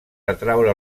atraure